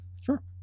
Sure